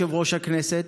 יושב-ראש הכנסת,